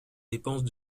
dépenses